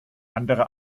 andere